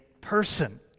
person